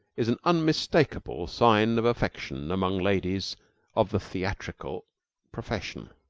is an unmistakable sign of affection among ladies of the theatrical profession.